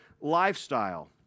lifestyle